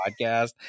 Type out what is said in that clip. podcast